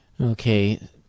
Okay